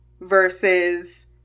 versus